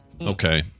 okay